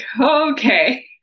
okay